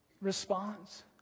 response